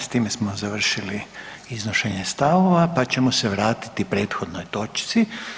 S time smo završili iznošenje stavova pa ćemo se vratiti prethodnoj točci.